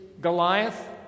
Goliath